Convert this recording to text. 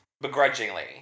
Begrudgingly